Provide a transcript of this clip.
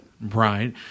Right